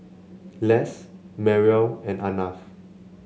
Les Mariel and Arnav